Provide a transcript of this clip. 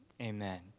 Amen